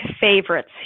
favorites